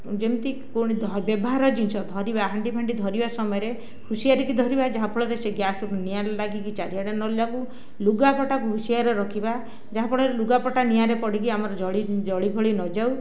ଯେମିତି ବ୍ୟବହାର ଜିନିଷ ଧରିବା ହାଣ୍ଡି ଫାଣ୍ଡି ଧରିବା ସମୟରେ ହୁସିଆରି କି ଧରିବା ଯାହାଫଳରେ ସେଇ ଗ୍ୟାସ୍ଟି ନିଆଁ ଲାଗି କି ଚାରିଆଡ଼େ ନ ଲାଗୁ ଲୁଗାପଟା ହୁସିଆରିରେ ରଖିବା ଯାହାଫଳରେ ଲୁଗାପଟା ନିଆଁରେ ପଡ଼ିକି ଆମର ଜଳି ଫଳି ନ ଯାଉ